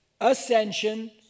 ascension